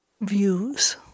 views